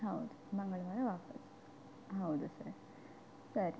ಹೌದು ಮಂಗಳವಾರ ವಾಪಸ್ ಹೌದು ಸರ್ ಸರಿ